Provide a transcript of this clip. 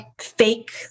fake